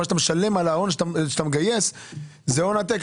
מה שאתה משלם על ההון שאתה מגייס זה הון עתק.